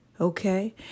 Okay